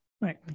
Right